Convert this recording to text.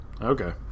Okay